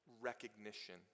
Recognition